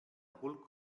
hulk